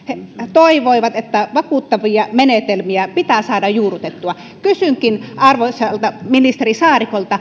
toivoivat että vakuuttavia menetelmiä pitää saada juurrutettua kysynkin arvoisalta ministeri saarikolta